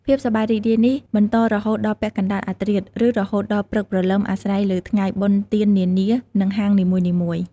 ភាពសប្បាយរីករាយនេះបន្តរហូតដល់ពាក់កណ្ដាលអាធ្រាត្រ ឬរហូតដល់ព្រឹកព្រលឹមអាស្រ័យលើថ្ងៃបុណ្យទាននានា និងហាងនីមួយៗ។